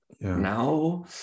now